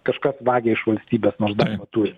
kažkas vagia iš valstybės nors darbą turi